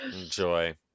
Enjoy